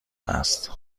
است